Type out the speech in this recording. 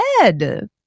dead